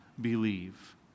believe